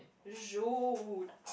Jude